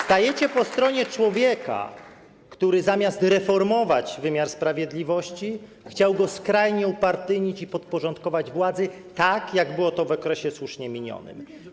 Stajecie po stronie człowieka, który zamiast reformować wymiar sprawiedliwości chciał go skrajnie upartyjnić i podporządkować władzy, tak jak było w okresie słusznie minionym.